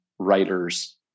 writers